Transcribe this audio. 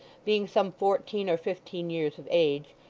being some fourteen or fifteen years of age,